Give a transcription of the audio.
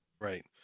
Right